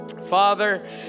Father